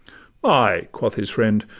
ay, quoth his friend,